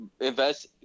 invest